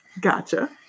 Gotcha